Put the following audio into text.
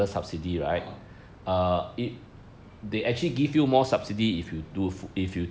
uh